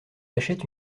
achète